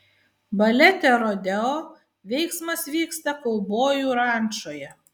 balete rodeo veiksmas vyksta kaubojų rančoje